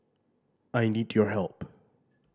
I need your help